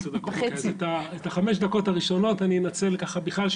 אז את ה-5 דקות הראשונות אני אנצל ככה בכלל,